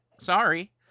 Sorry